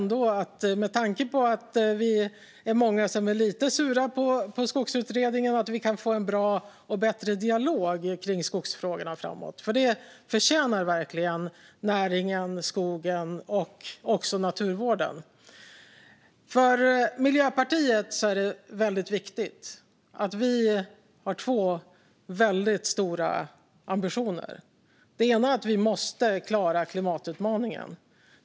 Med tanke på att vi är många som är lite sura på Skogsutredningen hoppas jag att vi kan få en bättre dialog om skogsfrågorna i framtiden. Det förtjänar näringen, skogen och naturvården. För Miljöpartiet är det viktigt att det finns två stora ambitioner. En är att vi måste klara klimatutmaningen.